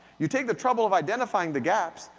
you take the trouble of identifying the gaps,